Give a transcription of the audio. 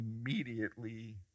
immediately